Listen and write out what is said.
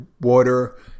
water